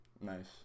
Nice